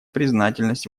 признательность